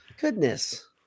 Goodness